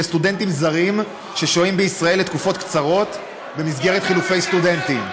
לסטודנטים זרים ששוהים בישראל לתקופות קצרות במסגרת חילופי סטודנטים.